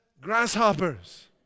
grasshoppers